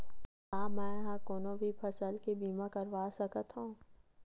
का मै ह कोनो भी फसल के बीमा करवा सकत हव?